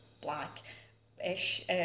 black-ish